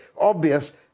obvious